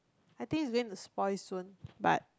I think it's going to spoil soon but